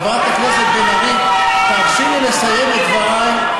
חברת הכנסת בן ארי, תרשי לי לסיים את דברי.